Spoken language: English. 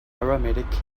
paramedic